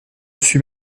suis